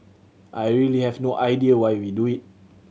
I really have no idea why we do it